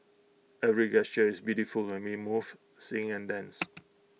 every gesture is beautiful when we move sing and dance